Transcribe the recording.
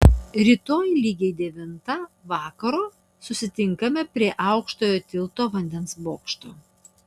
rytoj lygiai devintą vakaro susitinkame prie aukštojo tilto vandens bokšto